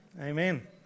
Amen